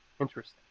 Interesting